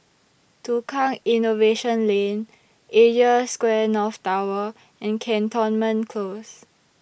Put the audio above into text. Tukang Innovation Lane Asia Square North Tower and Cantonment Close